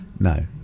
No